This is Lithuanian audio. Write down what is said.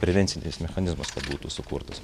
prevencinis mechanizmas kad būtų sukurtas